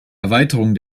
erweiterung